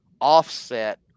offset